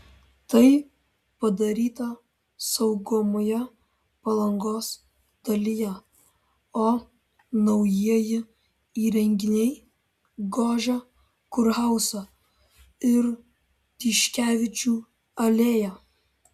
tai padaryta saugomoje palangos dalyje o naujieji įrenginiai gožia kurhauzą ir tiškevičių alėją